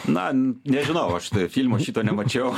na nežinau aš filmo šito nemačiau